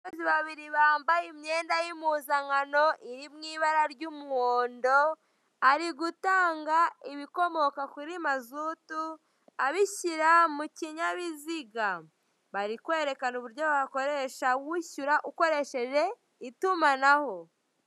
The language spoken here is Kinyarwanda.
Abantu babiri bambaye imyenda y'impuzankano iri mu ibara ry'umuhondo ari gutanga ibikomoka kuri mazutu abishyira mu kinyabiziga. Bari kwerekana uburyo wakwishyura ukoresheje itumanaho.